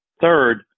Third